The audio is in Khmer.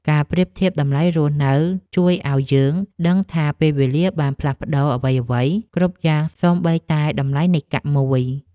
ការប្រៀបធៀបតម្លៃរស់នៅជួយឱ្យយើងដឹងថាពេលវេលាបានផ្លាស់ប្ដូរអ្វីៗគ្រប់យ៉ាងសូម្បីតែតម្លៃនៃកាក់មួយ។